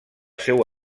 seu